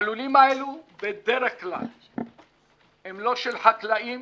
הלולים האלו בדרך כלל הם לא של חקלאים,